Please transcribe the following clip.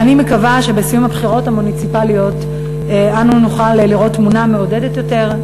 אני מקווה שבסיום הבחירות המוניציפליות נוכל לראות תמונה מעודדת יותר,